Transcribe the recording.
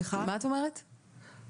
מה את אומרת, סימונה?